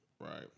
Right